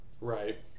Right